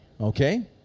okay